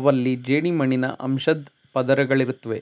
ಅವಲ್ಲಿ ಜೇಡಿಮಣ್ಣಿನ ಅಂಶದ್ ಪದರುಗಳಿರುತ್ವೆ